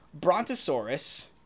Brontosaurus